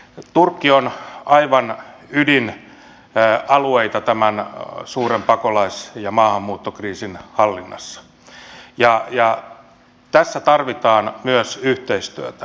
turkki on aivan ydinalueita tämän suuren pakolais ja maahanmuuttokriisin hallinnassa ja tässä tarvitaan myös yhteistyötä